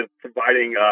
providing